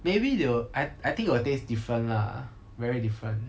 maybe they will I I think will taste different lah very different